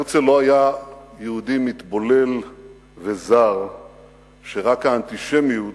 הרצל לא היה יהודי מתבולל וזר שרק האנטישמיות